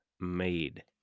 made